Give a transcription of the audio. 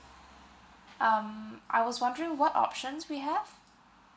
um I was wondering what options we have